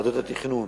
ועדות התכנון,